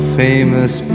famous